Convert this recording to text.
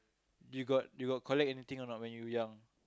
you got you got collect anything or not when you young